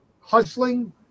hustling